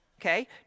okay